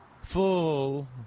full